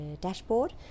dashboard